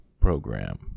program